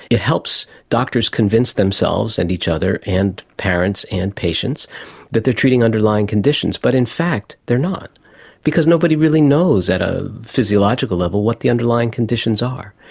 it helps doctors convince themselves and each other and parents and patients that they are treating underlying conditions, but in fact they are not because nobody really knows at a physiological level what the underlying conditions are.